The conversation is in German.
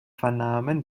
vernahmen